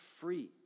free